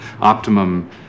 optimum